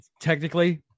Technically